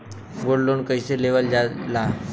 Gold loan कईसे लेवल जा ला?